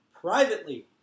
privately